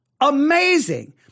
Amazing